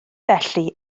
felly